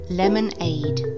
lemonade